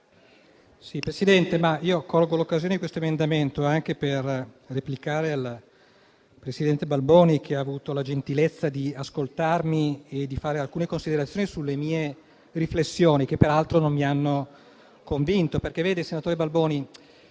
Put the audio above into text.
Presidente, colgo l'occasione dell'illustrazione di questo emendamento per replicare al presidente Balboni, che ha avuto la gentilezza di ascoltarmi e di fare alcune considerazioni sulle mie riflessioni, che peraltro non mi hanno convinto. Senatore Balboni,